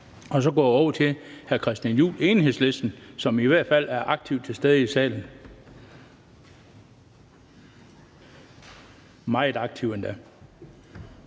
og går over til hr. Christian Juhl, Enhedslisten, som i hvert fald er aktivt til stede i salen – meget aktivt endda.